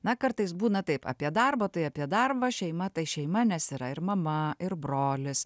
na kartais būna taip apie darbą tai apie darbą šeima tai šeima nes yra ir mama ir brolis